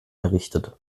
errichtet